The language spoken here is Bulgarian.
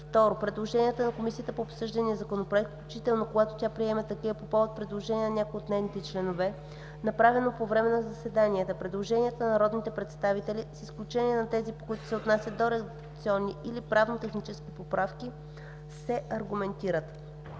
тях; 2.предложенията на комисията по обсъждания законопроект, включително когато тя приеме такива по повод предложение на някои от нейните членове, направено по време на заседанията. Предложенията на народните представители, с изключение на тези, които се отнасят до редакционни или правно-технически поправки, се аргументират.